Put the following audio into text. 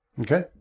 Okay